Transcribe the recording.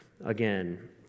again